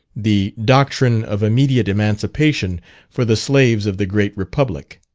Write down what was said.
the doctrine of immediate emancipation for the slaves of the great republic.